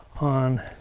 on